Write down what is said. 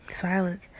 Silent